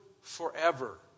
forever